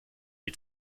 die